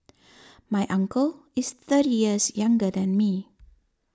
my uncle is thirty years younger than me